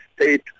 state